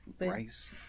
Rice